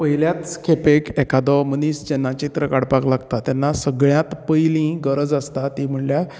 पयल्याच खेपेक एकादो मनीस जेन्ना चित्र काडपाक लागता तेन्ना सगळ्यांत पयलीं गरज आसता ती म्हणल्यार